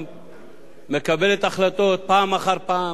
מקבלת החלטות פעם אחר פעם, החלטות חשובות,